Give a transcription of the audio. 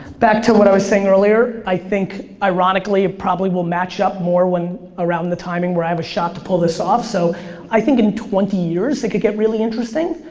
back to what i was saying earlier, i think, ironically, it probably will match up more when around the timing where i have a shot to pull this off, so i think in twenty years it could get really interesting.